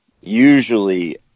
Usually